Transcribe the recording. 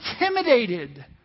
intimidated